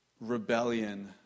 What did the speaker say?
rebellion